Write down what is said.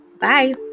Bye